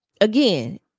again